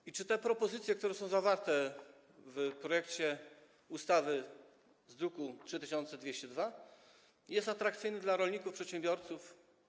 I czy te propozycje, które są zawarte w projekcie ustawy z druku nr 3202, są atrakcyjne dla rolników, przedsiębiorców?